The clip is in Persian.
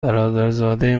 برادرزاده